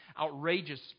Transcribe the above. outrageous